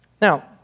Now